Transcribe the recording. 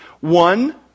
one